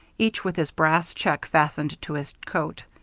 each with his brass check fastened to his coat.